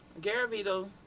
Garavito